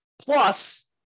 Plus